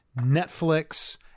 Netflix